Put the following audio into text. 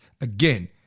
Again